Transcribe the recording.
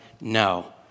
No